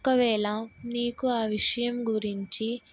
ఒకవేళ నీకు ఆ విషయం గురించి